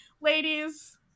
ladies